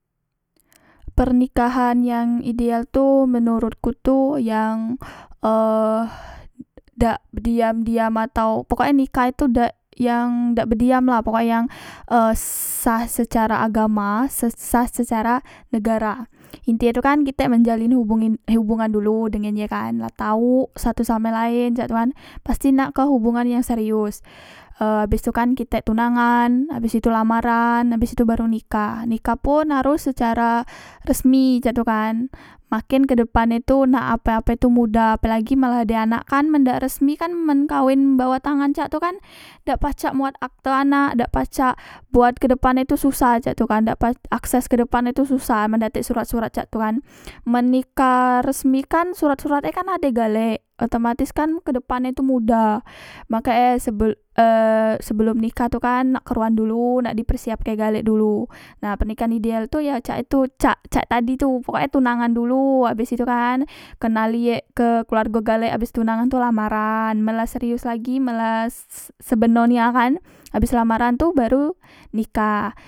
Pernikahan yang ideal tu menurutku tu yang eh dak bediam diam atau pokok e nikah itu dak yang bediam lah pokoke yang e sah secara agama ses sah secara negara intie tu kan kitek menjalin hubungin eh hubungan dulu dengan ye kan la tau satu samo laen cak tu kan pasti nak ke hubungan yang serius e abes tu kan kitek tunangan abes itu lamaran abes itu baru nikah nikah pun harus secara resmi cak tu kan makin kedepan e tu nak ape ape tu mudah apelagi malah la ade anak kan men dak resmikan men kawen bawah tangan cak tu kan dak pacak mbuat akte anak dak pacak buat kedepan e tu susah cak tu kan dak pa akses kedepan e tu susah men dak tek surat surat cak tu kan men nikah resmi kan surat surat e kan ade galek otomatis kan kedepan e tu mudah makek e sebel e sebelom nikah tu kan nak kruan dulu nak di persiapke galek dulu nah pernikahan ideal tu yo cak itu cak cak tadi tu pokok e tunangan dulu abes itu kan kenali yek ke keluargo galek abis tunangan tu lamaran men la serius lagi men las se sebeno nia kan abes lamaran tu baru nikah